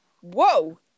whoa